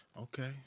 Okay